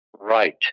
Right